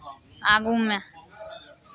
आगूमे